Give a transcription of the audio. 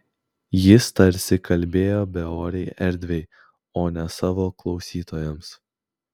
jis tarsi kalbėjo beorei erdvei o ne savo klausytojams